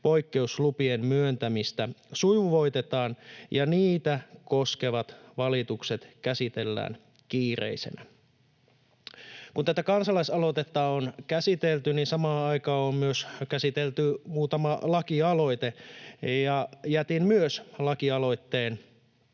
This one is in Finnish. poikkeuslupien myöntämistä sujuvoitetaan ja niitä koskevat valitukset käsitellään kiireellisinä.” Kun tätä kansalaisaloitetta on käsitelty, niin samaan aikaan on käsitelty myös muutama lakialoite. Minä myös jätin lakialoitteen